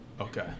Okay